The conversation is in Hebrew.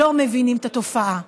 לא מבינים את התופעה.